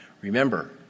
Remember